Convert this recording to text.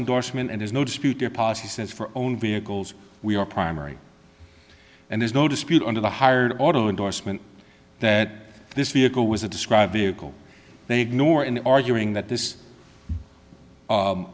endorsement and there's no dispute their policy says for own vehicles we are primary and there's no dispute under the hired auto indorsement that this vehicle was a described vehicle they ignore in arguing that this